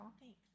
thanks